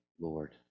Lord